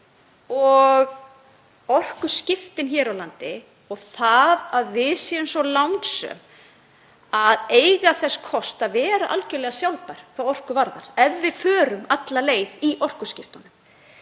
og orkuskiptin hér á landi og það að við séum svo lánsöm að eiga þess kost að vera algjörlega sjálfbær hvað orku varðar ef við förum alla leið í orkuskiptunum.